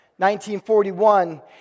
1941